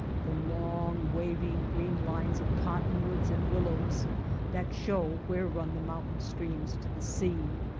the long waving green lines of cottonwoods and willows that show where run the mountain-streams to the sea!